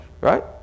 right